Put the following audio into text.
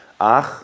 Ach